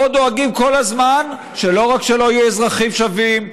פה דואגים כל הזמן שלא רק שלא יהיו אזרחים שווים,